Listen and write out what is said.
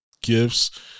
gifts